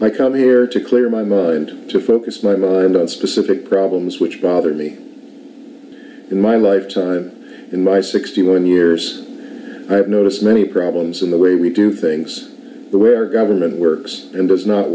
i come here to clear my mind to focus my mind on specific problems which bothered me in my lifetime in my sixty one years i have noticed many problems in the way we do things where government works and does not